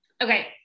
okay